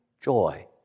joy